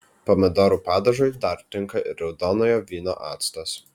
pomidorų padažui dar tinka ir raudonojo vyno actas